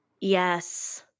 Yes